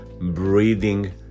breathing